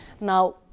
Now